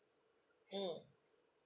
mm